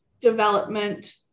development